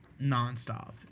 nonstop